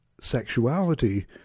sexuality